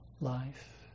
life